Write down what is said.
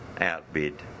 outbid